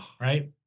right